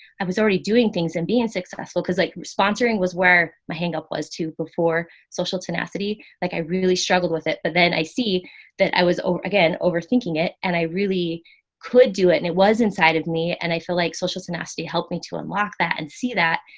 i was already doing things and being successful. cause like sponsoring was where my hangup was to before social tenacity. like i really struggled with it, but then i see that i was again, overthinking it and i really could do it. and it was inside of me. and i feel like social tenacity helped me to unlock that and see that.